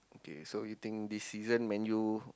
okay so you think this season Man-U